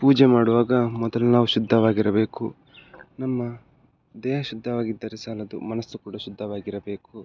ಪೂಜೆ ಮಾಡುವಾಗ ಮೊದಲು ನಾವು ಶುದ್ಧವಾಗಿರಬೇಕು ನಮ್ಮ ದೇಹ ಶುದ್ಧವಾಗಿದ್ದರೆ ಸಾಲದು ಮನಸ್ಸೂ ಕೂಡ ಶುದ್ಧವಾಗಿರಬೇಕು